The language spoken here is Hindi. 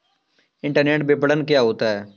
इंटरनेट विपणन क्या होता है?